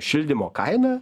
šildymo kaina